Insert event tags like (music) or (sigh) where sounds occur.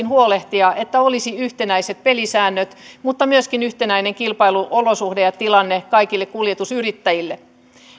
(unintelligible) huolehtia että olisi yhtenäiset pelisäännöt mutta myöskin yhtenäinen kilpailuolosuhde ja tilanne kaikille kuljetusyrittäjille